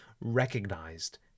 recognized